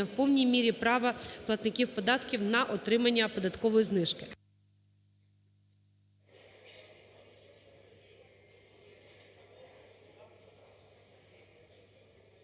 в повній мірі права платників податків на отримання податкової знижки.